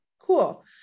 Cool